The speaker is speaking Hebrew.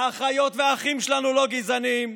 האחיות והאחים שלנו לא גזענים.